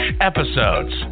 episodes